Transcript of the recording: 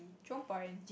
Jurong Point